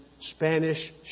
Spanish